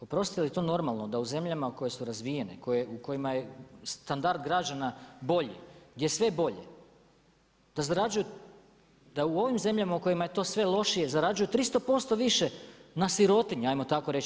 Oprostite je li to normalno da u zemljama koje su razvijene, u kojima je standard građana bolji, gdje je sve bolje, da zarađuju, da u ovim zemljama u kojima je to sve lošije zarađuju 300% više na sirotinji hajmo tako reći.